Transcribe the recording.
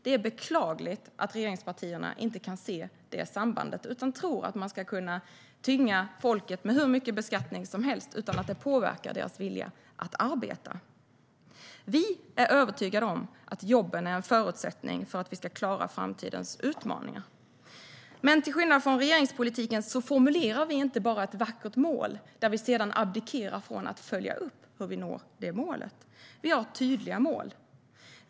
Det är beklagligt att regeringspartierna inte kan se det sambandet utan tror att man ska kunna tynga folket med hur mycket beskattning som helst utan att det påverkar deras vilja att arbeta. Vi är övertygade om att jobben är en förutsättning för att vi ska klara framtidens utmaningar. Till skillnad från regeringspolitiken formulerar vi dock inte bara ett vackert mål som vi sedan abdikerar från att följa upp. Vi har tydliga mål.